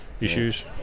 issues